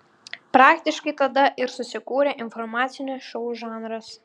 praktiškai tada ir susikūrė informacinio šou žanras